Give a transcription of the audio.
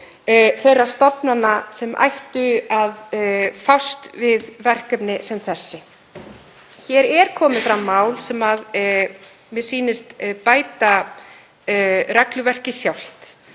þeirra stofnana sem ættu að fást við verkefni sem þessi. Hér er komið fram mál sem mér sýnist bæta regluverkið sjálft.